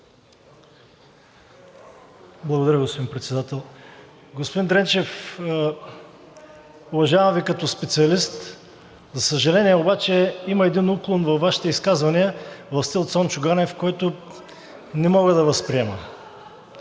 Благодаря, господин Председател. Господин Дренчев, уважавам Ви като специалист. За съжаление обаче, има един уклон във Вашите изказвания в стил Цончо Ганев, който не мога да възприема.